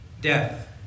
death